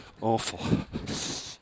Awful